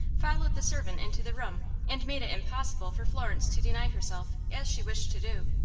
followed the servant into the room, and made it impossible for florence to deny herself, as she wished to do.